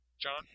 John